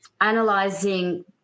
analyzing